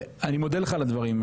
אני מודה לך על הדברים,